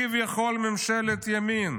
כביכול ממשלת ימין,